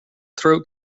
throat